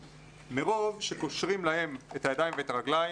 מרוב שקושרים להם את הידיים ואת הרגליים,